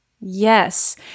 Yes